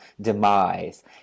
demise